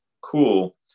cool